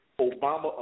Obama